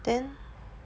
then